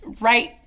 right